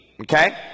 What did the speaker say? Okay